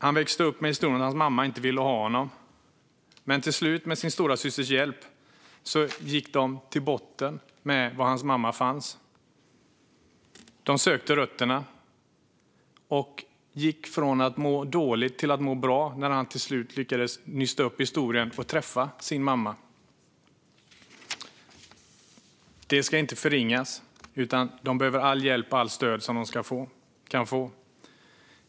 Han växte upp med historien att hans mamma inte ville ha honom. Men till slut, med sin storasysters hjälp, gick han till botten med var hans mamma fanns. De sökte rötterna och gick från att må dåligt till att må bra, när han till slut lyckades nysta upp historien och träffa sin mamma. Detta ska inte förringas, utan de behöver all hjälp och allt stöd de kan få.